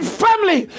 family